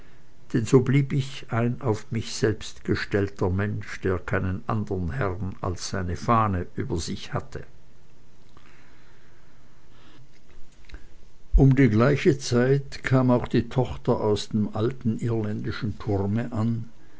denn so blieb ich ein auf mich selbst gestellter mensch der keinen andern herrn als seine fahne über sich hatte um die gleiche zeit kam auch die tochter aus dem alten irländischen turme an